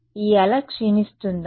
ఈ అల క్షీణిస్తుందా